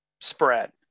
spread